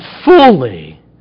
fully